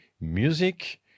music